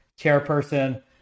chairperson